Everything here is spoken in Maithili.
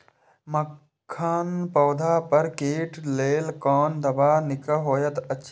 मखानक पौधा पर कीटक लेल कोन दवा निक होयत अछि?